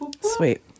Sweet